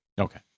Okay